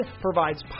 provides